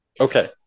Okay